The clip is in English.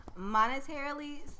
Monetarily